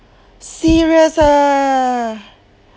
serious ah